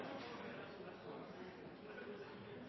Så er det viktig å